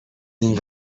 این